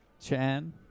Chan